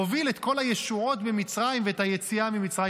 הוביל את כל הישועות במצרים ואת היציאה ממצרים,